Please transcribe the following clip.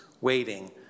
waiting